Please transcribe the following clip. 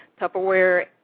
Tupperware